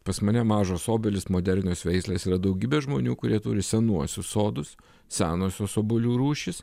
pas mane mažos obelys modernios veislės yra daugybė žmonių kurie turi senuosius sodus senosios obuolių rūšys